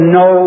no